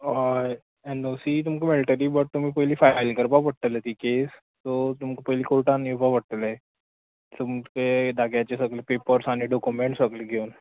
हय N O C तुमकां मेळटली बट तुमी पयली फायल करपा पडटलें ती केस सो तुमक पयली कोर्टान येवपा पडटलें तुमक ते जाग्याचे सगले पेपर्ज आनी डोकुमॅण सग्ल घेवन